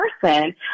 person